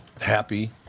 happy